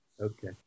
Okay